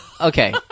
Okay